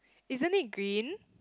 isn't it green